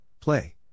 Play